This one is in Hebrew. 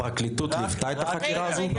הפרקליטות ליוותה את החקירה הזו?